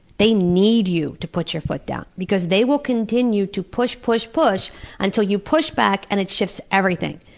they need you to put your foot down. because they will continue to push, push, push until you push back and it shifts everything.